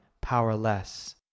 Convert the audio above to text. powerless